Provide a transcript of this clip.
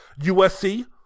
USC